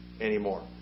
anymore